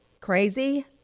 crazy